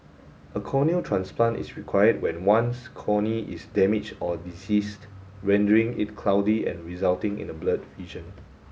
a corneal transplant is required when one's cornea is damaged or diseased rendering it cloudy and resulting in the blurred vision